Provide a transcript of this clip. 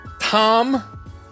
Tom